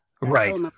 right